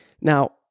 Now